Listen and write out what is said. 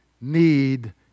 need